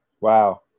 Wow